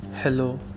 Hello